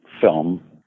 film